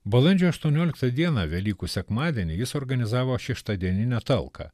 balandžio aštuonioliktą dieną velykų sekmadienį jis organizavo šeštadieninę talką